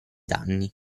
danni